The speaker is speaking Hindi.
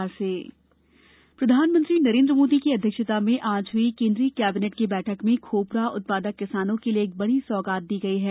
केन्द्रीय कैबिनेट प्रधानमंत्री नरेंद्र मोदी की अध्यक्षता में आज हई केंद्रीय कैबिनेट की बैठक में खोपरा उत्पादक किसानों के लिए एक बड़ी सौगात दी गई है